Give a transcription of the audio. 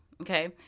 Okay